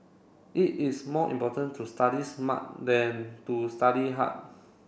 it is more important to study smart than to study hard